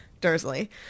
dursley